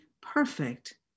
perfect